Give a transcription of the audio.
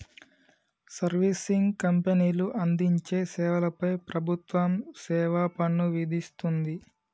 servicing కంపెనీలు అందించే సేవల పై ప్రభుత్వం సేవాపన్ను విధిస్తుంది